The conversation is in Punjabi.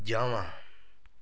ਜਾਵਾਂ